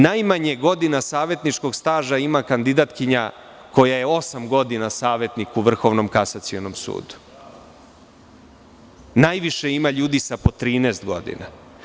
Najmanje godina savetničkog staža ima kandidatkinja koja je osam godina savetnik u Vrhovnom kasacionom sudu, a najviše ima ljudi sa po 13 godina.